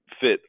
fit